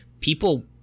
People